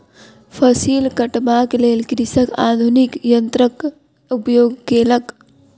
फसिल कटबाक लेल कृषक आधुनिक यन्त्रक उपयोग केलक